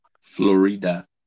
Florida